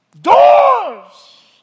Doors